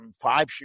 five